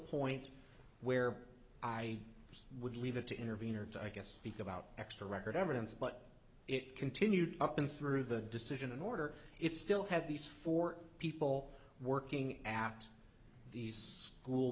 point where i would leave it to intervene or to i guess become out extra record evidence but it continued up and through the decision in order it still had these four people working at these school